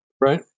Right